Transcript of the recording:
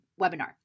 webinar